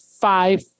five